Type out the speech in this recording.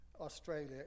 Australia